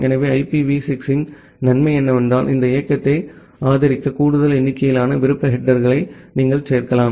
எனவே ஐபிவி 6 இன் நன்மை என்னவென்றால் இந்த இயக்கத்தை ஆதரிக்க கூடுதல் எண்ணிக்கையிலான விருப்ப ஹெடேர்களை நீங்கள் சேர்க்கலாம்